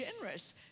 generous